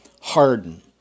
harden